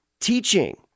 teaching